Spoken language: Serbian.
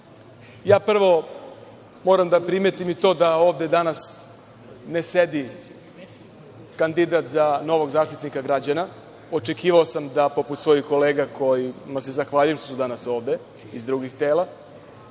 prvo moram da primetim i to da ovde danas ne sedi kandidat za novog Zaštitnika građana. Očekivao sam da poput svojih kolega kojima se zahvaljujem što su danas ovde, iz drugih tela,